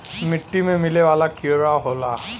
मिट्टी में मिले वाला कीड़ा होला